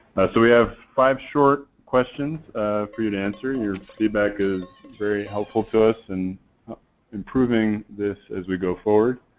so we have five short questions for you to answer. your feedback is very helpful to us in improving this as we go forward.